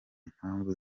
mpamvu